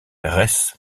res